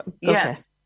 Yes